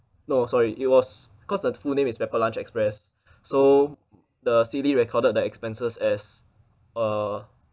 no sorry it was because the full name is pepper lunch express so the seedly recorded the expenses as uh